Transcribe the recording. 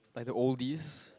like the oldies